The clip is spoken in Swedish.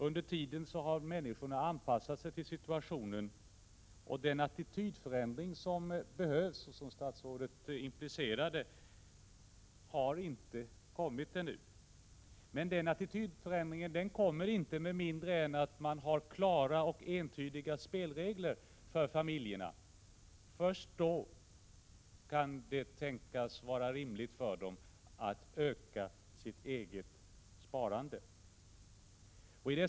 Under den tiden har människorna anpassat sig till situationen, och den attitydförändring som behövs och som statsrådet implicerade har inte kommit ännu. Den kommer inte med mindre än att man har klara och entydiga spelregler för familjerna. Först då kan det tänkas vara rimligt för dem att öka sitt eget sparande.